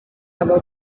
aba